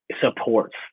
supports